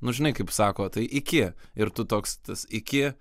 nu žinai kaip sako tai iki ir tu toks tas iki